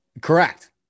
Correct